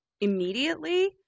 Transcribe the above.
immediately